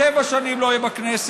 שבע שנים לא יהיה בכנסת,